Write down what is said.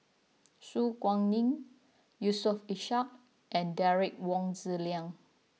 Su Guaning Yusof Ishak and Derek Wong Zi Liang